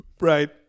Right